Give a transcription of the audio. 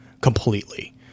completely